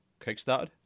kickstarted